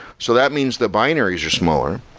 so that means that binaries are smaller,